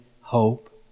hope